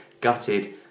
gutted